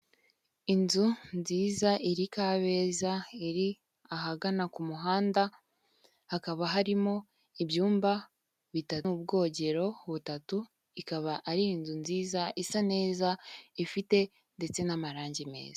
Inzu nziza iri Kabeza, iri ahagana ku muhanda, hakaba harimo ibyumba bitatu n'ubwogero butatu, ikaba ari inzu nziza, isa neza, ifite ndetse n'amarangi meza.